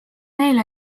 neil